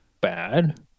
bad